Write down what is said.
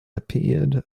appeared